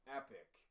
epic